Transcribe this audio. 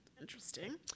Interesting